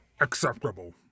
Acceptable